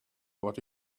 what